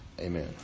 Amen